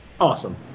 awesome